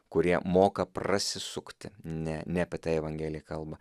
kurie moka prasisukti ne ne apie tai evengelija kalba